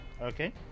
okay